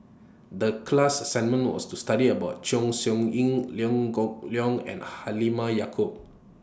The class assignment was to study about Chong Siew Ying Liew Geok Leong and Halimah Yacob